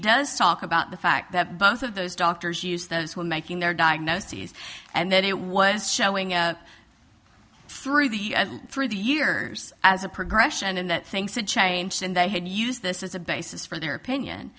does talk about the fact that both of those doctors use those who are making their diagnoses and then it was showing through the through the years as a progression in that things had changed and they had used this as a basis for their opinion